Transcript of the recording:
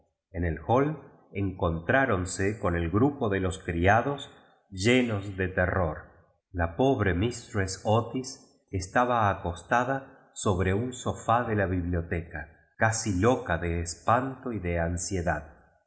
en el hall encontráronse non d grupo de jos criados llenos de terror la pobre ni i stress otis estaba acostada so bre im sofá de la biblioteca casi loen fie espanto y de anfliednd y